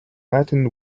latin